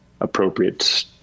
appropriate